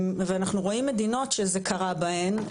ואנחנו רואים מדינות שזה קרה בהן,